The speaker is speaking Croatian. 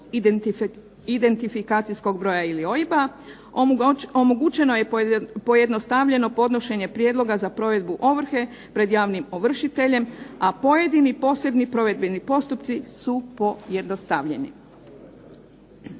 identifikacijskog broja ili OIB-a, omogućeno je pojednostavljeno podnošenje prijedloga za provedbu ovrhe pred javnim ovršiteljem, a posebni provedbeni postupci su pojednostavljeni.